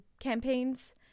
campaigns